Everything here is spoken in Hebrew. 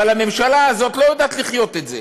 אבל הממשלה הזאת לא יודעת לחיות את זה.